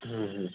हूं हूं